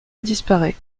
disparaît